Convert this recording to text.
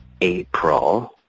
April